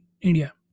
India